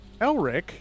Elric